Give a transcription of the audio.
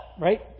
Right